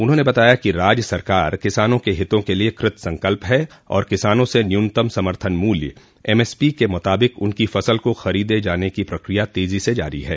उन्होंने बताया कि राज्य सरकार किसानों के हितों के लिए कृत संकल्प है और किसानों से न्यूनतम समर्थन मूल्य एमएसपी के मुताबिक उनकी फसल को खरीदे जाने की प्रक्रिया तेजी से जारी है